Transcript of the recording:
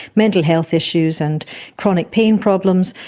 mental health issues and chronic pain problems.